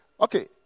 okay